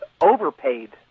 overpaid